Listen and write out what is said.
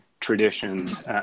traditions